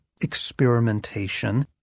experimentation